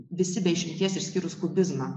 visi be išimties išskyrus kubizmą